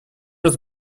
раз